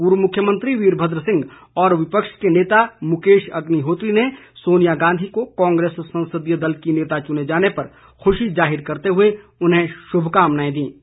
पूर्व मुख्यमंत्री वीरभद्र सिंह और विपक्ष के नेता मुकेश अग्निहोत्री ने सोनिया गांधी को कांग्रेस संसदीय दल की नेता चुने जाने पर खुशी जाहिर करते हुए उन्हें शुभ कामनाएं दी है